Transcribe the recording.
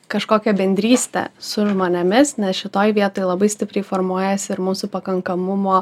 kažkokią bendrystę su žmonėmis nes šitoj vietoj labai stipriai formuojasi ir mūsų pakankamumo